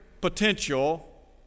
potential